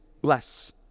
bless